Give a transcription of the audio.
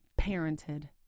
parented